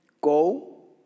Go